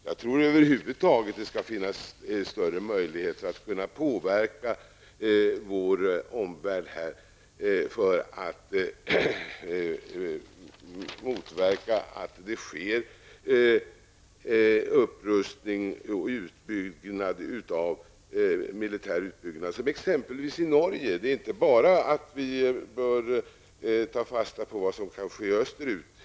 Jag tror att det över huvud taget skall kunna finnas större möjligheter att påverka vår omvärld, för att motverka att det sker militär utbyggnad. Vi behöver inte bara ta fasta på vad som kan ske österut.